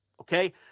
okay